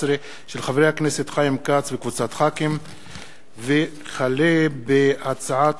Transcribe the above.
וכלה בהצעת